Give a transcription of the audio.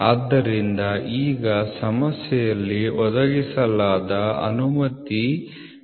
ಆದ್ದರಿಂದ ಈಗ ಸಮಸ್ಯೆಯಲ್ಲಿ ಒದಗಿಸಲಾದ ಅನುಮತಿ 0